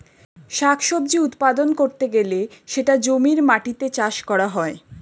শাক সবজি উৎপাদন করতে গেলে সেটা জমির মাটিতে চাষ করা হয়